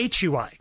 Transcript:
HUI